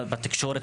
בתקשורת,